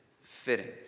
fitting